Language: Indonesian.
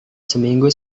seminggu